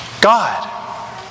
God